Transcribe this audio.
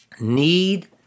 need